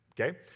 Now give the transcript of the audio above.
okay